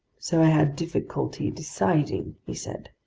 so i had difficulty deciding, he said.